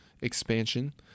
expansion